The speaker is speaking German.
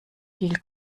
viel